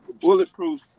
Bulletproof